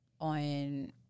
on